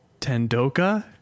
Tendoka